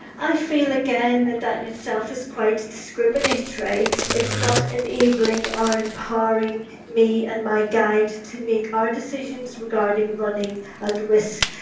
i feel again that that in itself is quite discriminatory, it's not enabling or empowering me and my guide to make our decisions regarding running and risk,